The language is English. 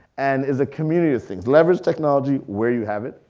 and it's a community of things. leverage technology where you have it,